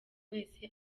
wese